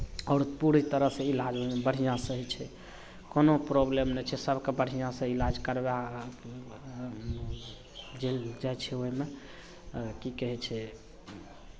आओर पूरी तरहसँ इलाज ओहिमे बढ़िआँसँ होइ छै कोनो प्रोबलम नहि छै सभकेँ बढ़िआँसँ इलाज करवा देल जाइ छै ओहिमे आओर की कहै छै